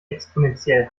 exponentiell